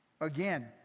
again